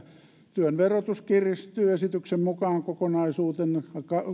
työn verotus kiristyy esityksen mukaan kokonaisuutena